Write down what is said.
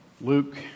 Luke